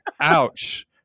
ouch